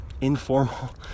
Informal